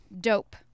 Dope